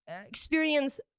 experience